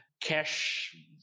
cash